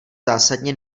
zásadně